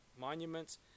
monuments